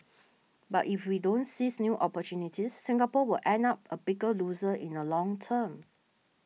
but if we don't seize new opportunities Singapore will end up a bigger loser in the long term